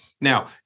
Now